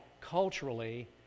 culturally